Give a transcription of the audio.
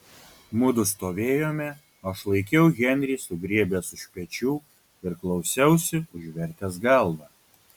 mudu stovėjome aš laikiau henrį sugriebęs už pečių ir klausiausi užvertęs galvą